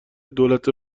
دولت